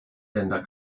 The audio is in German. länder